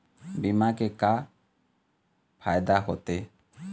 बीमा के का फायदा होते?